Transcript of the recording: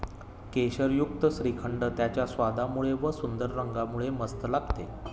केशरयुक्त श्रीखंड त्याच्या स्वादामुळे व व सुंदर रंगामुळे मस्त लागते